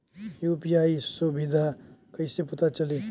UPI सुबिधा कइसे पता चली?